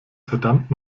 verdammt